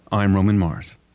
i'm roman mars